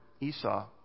Esau